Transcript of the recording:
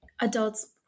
adults